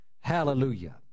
Hallelujah